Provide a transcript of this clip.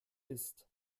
ist